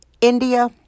India